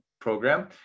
program